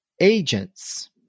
agents